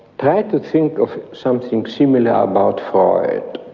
try to think of something similar about freud,